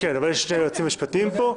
כן, אבל יש יועצים משפטיים פה.